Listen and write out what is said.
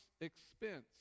expense